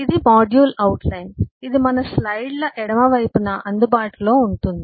ఇది module outline ఇది మన స్లైడ్ల ఎడమ వైపున అందుబాటులో ఉంటుంది